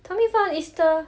炒米粉 is the